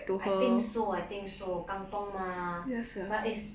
I think so I think so kampung mah but it's